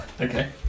Okay